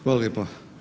Hvala lijepa.